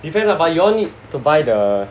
depend lah you all need to buy the